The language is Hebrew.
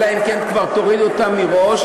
אלא אם כן כבר תורידו אותן מראש.